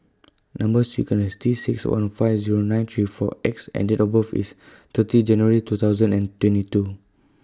Number sequence IS T six one five Zero nine three four X and Date of birth IS thirty January two thousand and twenty two